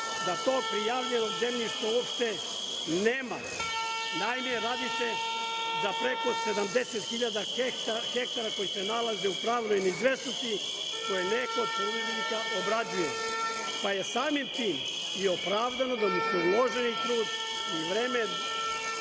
da to prijavljeno zemljište uopšte nema. Naime, radi se da preko 70 hiljada hektara koji se nalaze u pravnoj neizvesnosti koje neko od poljoprivrednika obrađuje, pa je samim tim i opravdano da mu se uloženi trud u vreme